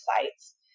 sites